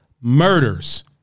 murders